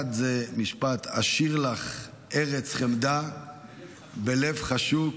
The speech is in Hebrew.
משפט משיר אחד זה: "אשיר לך ארץ חמדה בלב חשוק,